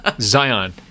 Zion